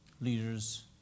leaders